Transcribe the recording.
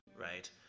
right